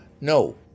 No